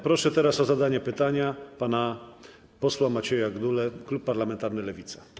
Proszę teraz o zadanie pytania pana posła Macieja Gdulę, klub parlamentarny Lewica.